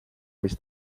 mis